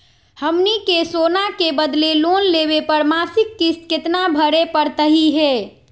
हमनी के सोना के बदले लोन लेवे पर मासिक किस्त केतना भरै परतही हे?